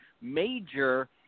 major